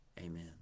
amen